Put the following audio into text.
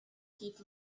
heap